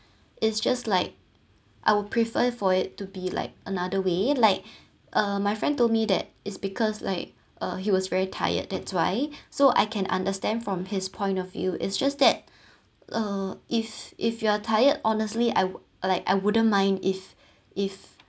it's just like I'll prefer for it to be like another way like uh my friend told me that it's because like uh he was very tired that's why so I can understand from his point of view it's just that uh if if you are tired honestly I wo~ I like I wouldn't mind if if